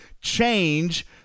change